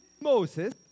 Moses